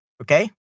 Okay